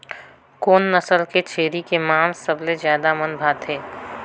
कोन नस्ल के छेरी के मांस सबले ज्यादा मन भाथे?